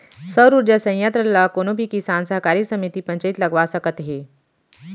सउर उरजा संयत्र ल कोनो भी किसान, सहकारी समिति, पंचईत लगवा सकत हे